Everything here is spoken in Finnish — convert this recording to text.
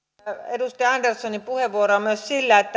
edustaja anderssonin puheenvuoroa myös sillä että